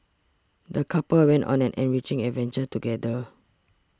the couple went on an enriching adventure together